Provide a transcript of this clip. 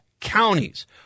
counties